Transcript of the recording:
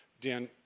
Dan